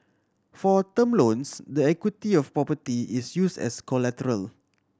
for term loans the equity of a property is used as collateral